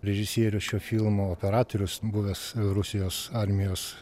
režisierius šio filmo operatorius buvęs rusijos armijos